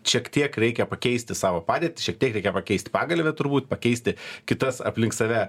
šiek tiek reikia pakeisti savo padėtį šiek tiek reikia pakeisti pagalvę turbūt pakeisti kitas aplink save